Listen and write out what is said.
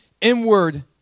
inward